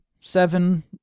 Seven